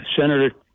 Senator